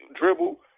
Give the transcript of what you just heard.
dribble